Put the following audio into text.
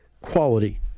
quality